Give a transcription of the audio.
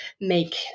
make